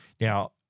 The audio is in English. Now